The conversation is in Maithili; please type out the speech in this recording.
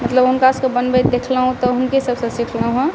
मतलब हुनका सबके बनबैत देखलहुँ तँ हुनके सबसँ सिखलहुॅं हेँ